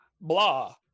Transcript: blah